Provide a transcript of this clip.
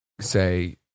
say